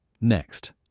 Next